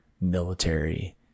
military